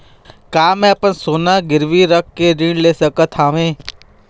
का मैं अपन सोना गिरवी रख के ऋण ले सकत हावे?